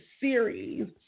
series